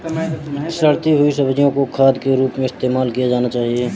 सड़ती हुई सब्जियां को खाद के रूप में इस्तेमाल किया जाना चाहिए